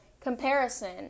comparison